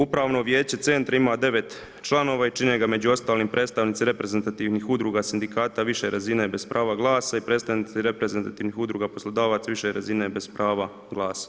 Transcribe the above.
Upravno vijeće centra ima 9 članova i čini ga između ostalog predstavnici reprezentativnih udruga, sindikata, više razine bez prava glasa i predstavnici reprezentativnih udruga poslodavaca više razine bez prava glasa.